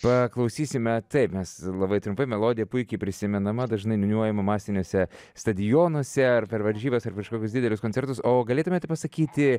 paklausysime taip mes labai trumpai melodija puikiai prisimenama dažnai niūniuojama masiniuose stadionuose ar per varžybas ar prieš kokius didelius koncertus o galėtumėte pasakyti